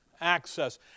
access